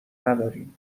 نداریم